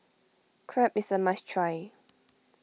Crepe is a must try